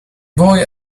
boy